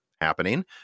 happening